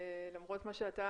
למרות שאני